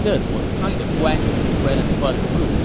this was kind of guan yu's bread-and-butter move